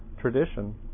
tradition